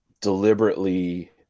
deliberately